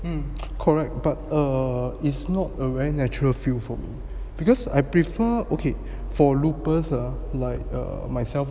um correct but err it's not a very natural feel for me because I prefer okay for loopers err like err myself